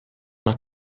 una